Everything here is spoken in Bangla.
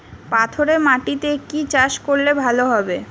পাথরে মাটিতে কি চাষ করলে ভালো হবে?